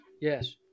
Yes